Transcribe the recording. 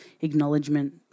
acknowledgement